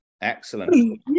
Excellent